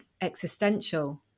existential